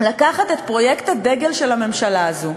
לקחת את פרויקט הדגל של הממשלה הזאת,